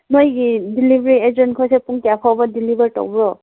ꯅꯣꯏꯒꯤ delivery agent ꯈꯣꯏꯁꯦ ꯄꯨꯡ ꯀꯌꯥ ꯐꯥꯎꯕ ꯗꯦꯂꯤꯚꯔ ꯇꯧꯕ꯭ꯔꯣ